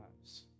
lives